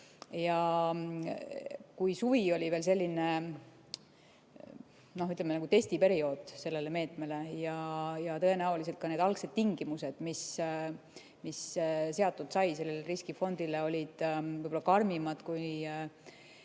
Kui suvi oli veel selline, noh, ütleme, nagu testiperiood sellele meetmele ja tõenäoliselt ka need algsed tingimused, mis seatud said sellele riskifondile, olid võib-olla karmimad, kui